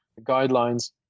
guidelines